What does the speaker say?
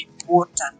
important